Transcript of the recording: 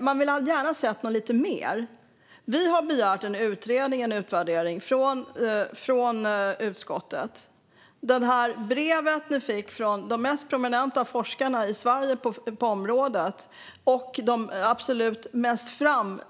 Vi hade gärna sett något lite mer. Vi har från utskottet begärt en utredning och en utvärdering. Det brev som vi fick i förra veckan från de mest prominenta forskarna i Sverige på området, som är absolut mest i